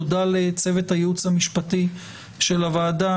תודה לצוות הייעוץ המשפטי של הוועדה